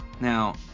Now